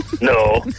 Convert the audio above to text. No